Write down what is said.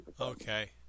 Okay